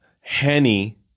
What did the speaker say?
Henny